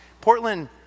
Portland